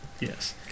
yes